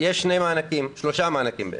יש שלושה מענקים: